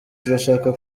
turashaka